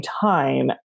time